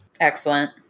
Excellent